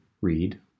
read